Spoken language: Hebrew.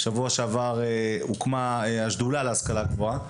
בשבוע שעבר הוקמה השדולה להשכלה הגבוהה,